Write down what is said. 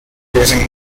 raising